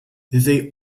they